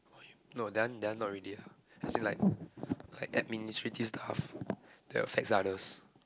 no that one that one not really lah as in like like administrative stuff that affects others